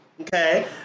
Okay